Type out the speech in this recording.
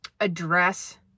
address